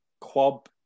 club